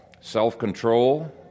self-control